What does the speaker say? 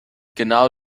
genau